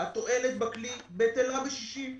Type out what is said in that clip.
התועלת בכלי בטלה בשישים.